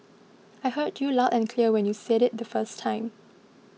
I heard you loud and clear when you said it the first time